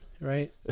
right